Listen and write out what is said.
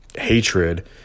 hatred